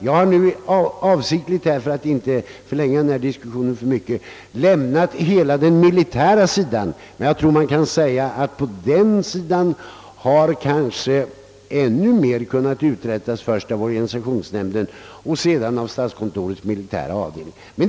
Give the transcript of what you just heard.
Jag har nu, för att inte förlänga denna diskussion alltför mycket, utelämnat hela den militära sidan, men jag tror man kan säga att där kanske ännu mer hade kunnat uträttas, först av organisationsnämnden och därefter av statskontorets militära avdelning.